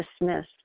dismiss